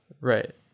Right